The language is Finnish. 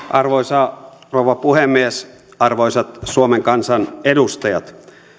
arvoisa rouva puhemies arvoisat suomen kansan edustajat